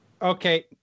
Okay